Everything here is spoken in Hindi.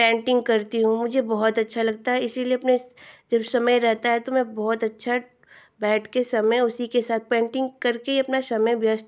पैंटिंग करती हुँ मुझे बहुत अच्छा लगता है इसलिए अपने जब समय रहता है तो मैं बहुत अच्छा बैठ कर समय उसी के साथ पैंटिंग करके ही अपना समय व्यस्त